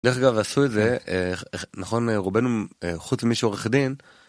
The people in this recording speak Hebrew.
דרך אגב, עשו את זה, נכון, רובנו חוץ ממי שעורך דין